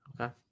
Okay